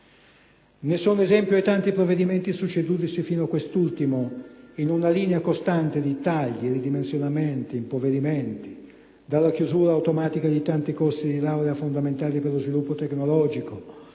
Ne sono esempio i tanti provvedimenti succedutisi fino a quest'ultimo, in una linea costante di tagli, ridimensionamenti, impoverimenti: dalla chiusura automatica di tanti corsi di laurea fondamentali per lo sviluppo tecnologico,